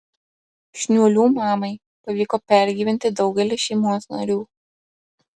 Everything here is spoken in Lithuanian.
šniuolių mamai pavyko pergyventi daugelį šeimos narių